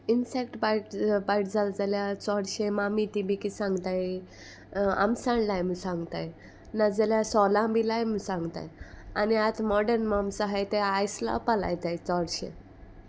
insect bite bite जाले जाल्यार चोडशें मामी तेमी कितें सांगताय आमसाण लाय सांगताय नाजाल्यार सोलां बी लाय म्हूण सांगताय आनी आतां मॉडन मॉमस आहाय ते आयस लावपा लायताय चोडशे